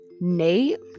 nate